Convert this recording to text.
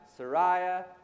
Sariah